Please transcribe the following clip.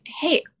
hey